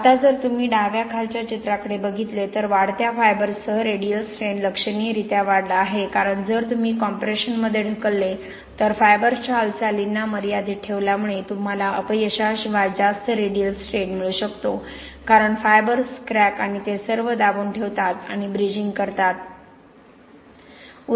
आता जर तुम्ही डाव्या खालच्या चित्राकडे बघितले तर वाढत्या फायबर्संसह रेडियल स्ट्रेन लक्षणीयरीत्या वाढला आहे कारण जर तुम्ही कॉम्प्रेशनमध्ये ढकलले तर फायबर्संच्या हालचालींना मर्यादित ठेवल्यामुळे तुम्हाला अपयशाशिवाय जास्त रेडियल स्ट्रेन मिळू शकतो कारण फायबर्स क्रॅक आणि ते सर्व दाबून ठेवतात आणि ब्रिजिंग करतात